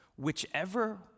Whichever